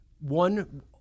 one